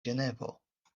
ĝenevo